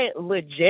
legit